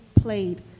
played